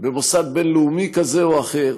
במוסד בין-לאומי כזה או אחר,